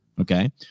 Okay